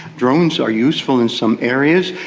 drones are useful in some areas.